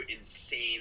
insane